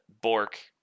Bork